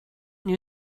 new